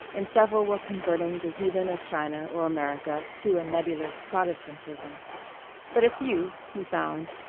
and several were converting the heathen of china or america to a nebulous protestantism but a few, he found,